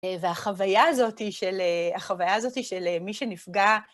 והחוויה הזאת היא של מי שנפגע.